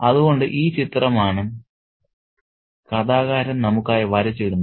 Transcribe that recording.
അതുകൊണ്ട് ഈ ചിത്രമാണ് കഥാകാരൻ നമുക്കായി വരച്ചിടുന്നത്